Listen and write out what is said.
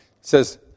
says